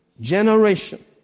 Generation